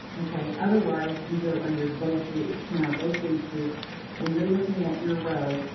ok. otherwise, you go under both loops. now, both loops is when you're looking at your row,